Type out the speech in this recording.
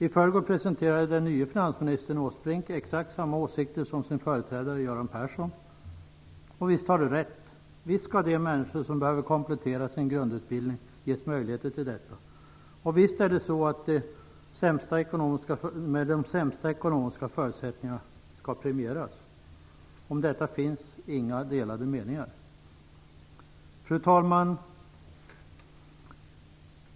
I förrgår presenterade den nye finansministern Åsbrink exakt samma åsikter som hans företrädare Göran Persson tidigare gjort. Och visst har de rätt! Visst skall de människor som behöver komplettera sin grundutbildning ges möjligheter till detta. Visst är det de som har de sämsta ekonomiska förutsättningarna som skall premieras. Om detta finns inga delade meningar. Fru talman!